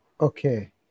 Okay